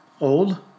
old